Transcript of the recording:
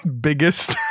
Biggest